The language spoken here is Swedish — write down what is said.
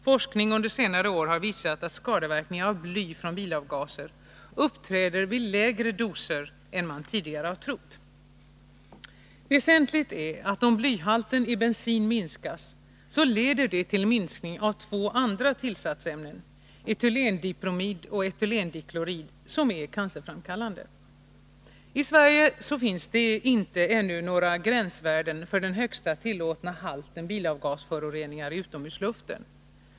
Forskning under senare år har visat att skadeverkningar av bly från bilavgaser uppträder vid lägre doser än man tidigare har trott. Väsentligt är att om blyhalten i bensin minskas, så leder det till minskning av två andra tillsatsämnen — etylendibromid och etylendiklorid — som är cancerframkallande. I Sverige finns ännu inte några gränsvärden för den högsta tillåtna halten bilavgasföroreningar i utomhusluften.